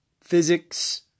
physics